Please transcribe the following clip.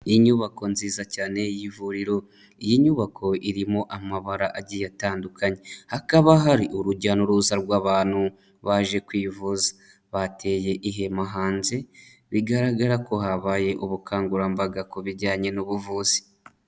Inyubako nziza cyane y'ivuriro. Iyi nyubako irimo amabara agiye atandukanye. Hakaba hari urujya n'uruza rw'abantu, baje kwivuza. Bateye ihema hanze, bigaragara ko habaye ubukangurambaga ku bijyanye n'ubuvuzi.